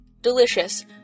delicious